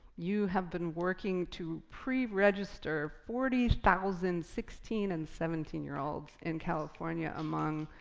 you have been working to pre-register forty thousand sixteen and seventeen year olds in california among